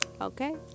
Okay